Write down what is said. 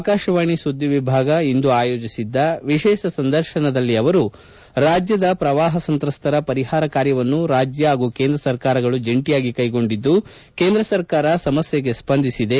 ಆಕಾಶವಾಣಿ ಸುದ್ದಿ ವಿಭಾಗ ಆಯೋಜಿಸಿದ್ದ ವಿಶೇಷ ಸಂದರ್ಶನದಲ್ಲಿ ಅವರು ರಾಜ್ಯದ ಪ್ರವಾಪ ಸಂತ್ರಸ್ತರ ಪರಿಹಾರ ಕಾರ್ಯವನ್ನು ರಾಜ್ಯ ಹಾಗೂ ಕೇಂದ್ರ ಸರ್ಕಾರಗಳು ಜಂಟಿಯಾಗಿ ಕೈಗೊಂಡಿದ್ದು ಕೇಂದ್ರ ಸರ್ಕಾರ ಸಮಸ್ಕೆಗೆ ಸ್ಪಂದಿಸಿದೆ